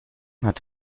hat